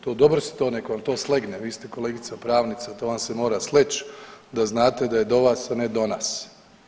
To dobro si to nek vam to slegne, vi ste kolegica pravnica to vam se mora sleć da znate da je do vas, a ne do nas.